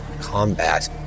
combat